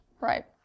Right